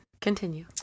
Continue